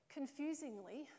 Confusingly